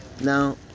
now